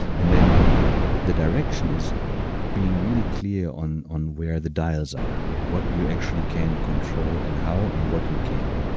and then the the direction is being really clear on on where the dials are, what you actually can control and how, and what you can't,